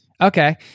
Okay